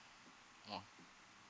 mm